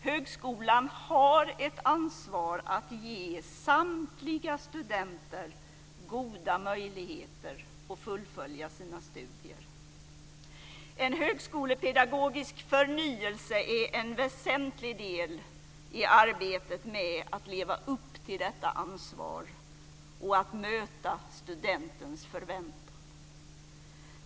Högskolan har ett ansvar att ge samtliga studenter goda möjligheter att fullfölja sina studier. En högskolepedagogisk förnyelse är en väsentlig del i arbetet med att leva upp till detta ansvar och att möta studentens förväntan.